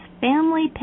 Family